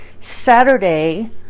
Saturday